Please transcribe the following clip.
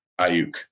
Ayuk